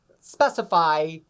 specify